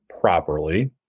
properly